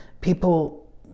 People